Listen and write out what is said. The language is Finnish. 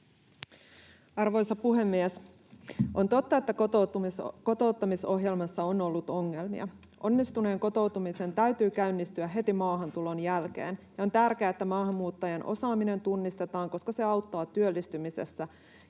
Arvoisa puhemies! On totta, että kotouttamisohjelmassa on ollut ongelmia. Onnistuneen kotoutumisen täytyy käynnistyä heti maahantulon jälkeen, ja on tärkeää, että maahanmuuttajan osaaminen tunnistetaan, koska se auttaa työllistymisessä